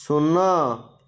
ଶୂନ